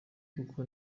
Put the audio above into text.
koko